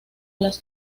las